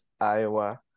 Iowa